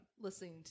listening